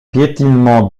piétinement